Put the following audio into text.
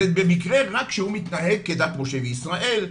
זה במקרה רק שהוא מתנהג כדת משה וישראל,